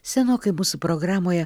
senokai mūsų programoje